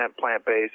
plant-based